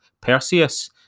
Perseus